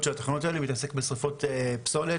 של התחנות האלה מתעסק בשריפות פסולת,